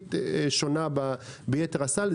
הריבית שונה ביתר הסל.